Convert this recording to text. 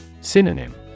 Synonym